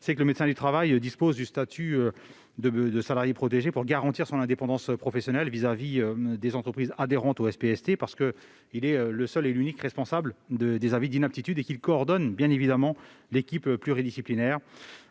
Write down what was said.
c'est le médecin du travail qui dispose du statut de salarié protégé pour garantir son indépendance professionnelle vis-à-vis des entreprises adhérentes au SPST, parce qu'il est le seul et l'unique responsable des avis d'inaptitude et qu'il coordonne l'équipe pluridisciplinaire.